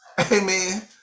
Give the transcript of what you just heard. amen